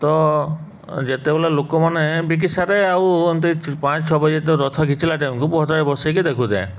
ତ ଯେତେବେଳେ ଲୋକମାନେ ବିକିସାରେ ଆଉ ଏତି ପାଞ୍ଚ ଛଅ ବଜେ ତ ରଥ ଘିଚିଲା ଟେମ୍କୁ ପହସା ବସାଇକି ଦେଖୁଥାଏ